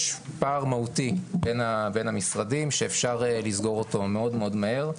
יש פער מהותי בין המשרדים שאפשר לסגור אותו מאוד מאוד מהר.